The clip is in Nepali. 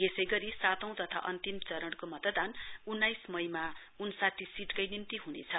यसै गरी सातौं तथा अन्तिम चरणको मतदान उन्नाइस मईका दिन उन्साठी सीटकै निम्ति हुनेछ